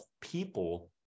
people